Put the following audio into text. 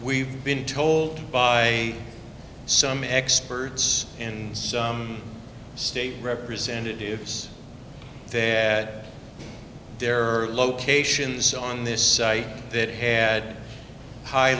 we've been told by some experts and some state representatives said there are locations on this site that had high